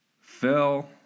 Phil